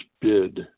bid